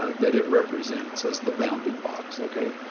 ah that it represents as the bounding box. okay?